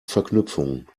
verknüpfungen